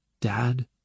Dad